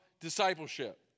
discipleship